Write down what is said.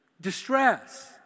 distress